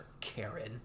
Karen